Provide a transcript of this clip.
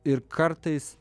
ir kartais